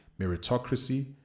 meritocracy